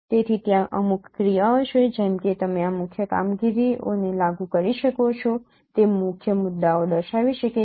તેથી ત્યાં અમુક ક્રિયાઓ છે જેમ કે તમે આ મુખ્ય કામગીરીઓને લાગુ કરી શકો છો તે મુખ્ય મુદ્દાઓ દર્શાવી શકે છે